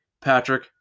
Patrick